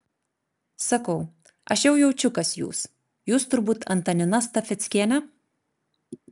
sakau aš jau jaučiu kas jūs jūs turbūt antanina stafeckienė